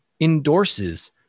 endorses